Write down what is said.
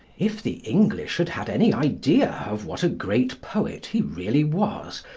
if the english had had any idea of what a great poet he really was,